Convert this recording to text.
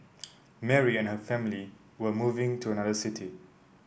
Mary and her family were moving to another city